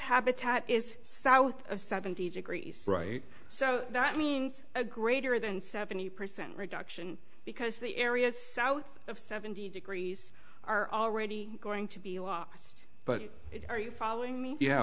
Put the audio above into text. habitat is south of seventy degrees right so that means a greater than seventy percent reduction because the areas south of seventy degrees are already going to be lost but are you following me yeah